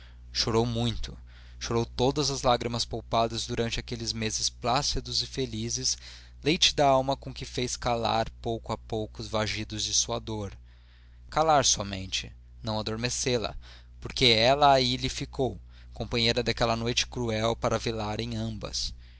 chorou muito chorou todas as lágrimas poupadas durante aqueles meses plácidos e felizes leite da alma com que fez calar a pouco e pouco os vagidos de sua dor calar somente não adormecê la porque ela aí lhe ficou companheira daquela noite cruel para velarem ambas